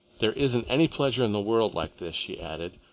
there isn't any pleasure in the world like this, she added,